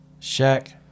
Shaq